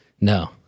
No